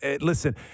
Listen